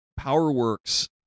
powerworks